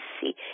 see